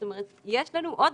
זאת אומרת יש לנו עוד